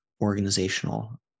organizational